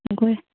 गयआ